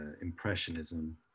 impressionism